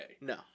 No